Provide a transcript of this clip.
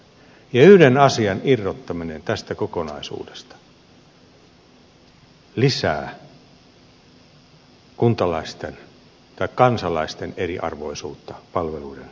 yhden asian irrottaminen tästä kokonaisuudesta lisää kansalaisten eriarvoisuutta palveluiden saatavuudessa